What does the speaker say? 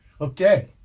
Okay